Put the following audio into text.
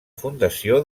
fundació